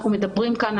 אנחנו נאמר את זה